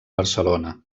barcelona